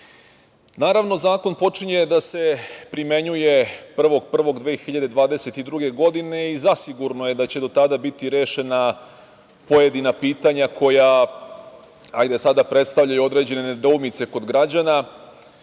nije. Naravno, zakon počinje da se primenjuje 1.1.2022. godine i zasigurno je da će do tada biti rešena pojedina pitanja koja predstavljaju određene nedoumice kod građana.